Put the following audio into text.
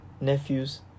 nephews